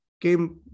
came